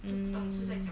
hmm